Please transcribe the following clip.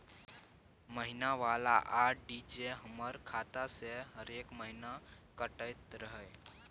महीना वाला आर.डी जे हमर खाता से हरेक महीना कटैत रहे?